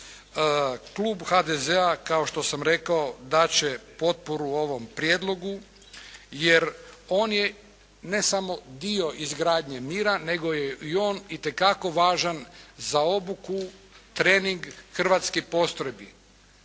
sam rekao dat će potporu ovom prijedlogu, jer on je ne samo dio izgradnje mira, nego je on itekako važan za obuku, trening hrvatskih postrojbi.